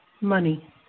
money